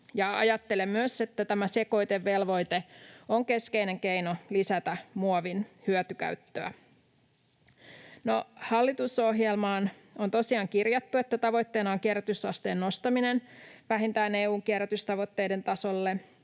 Ajattelen myös, että tämä sekoitevelvoite on keskeinen keino lisätä muovin hyötykäyttöä. No, hallitusohjelmaan on tosiaan kirjattu, että tavoitteena on kierrätysasteen nostaminen vähintään EU:n kierrätystavoitteiden tasolle